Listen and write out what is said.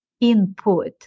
input